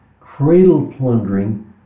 cradle-plundering